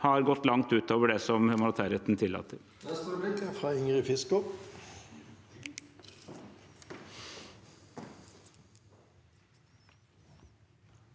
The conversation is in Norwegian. har gått langt utover det som humanitærretten tillater.